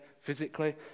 physically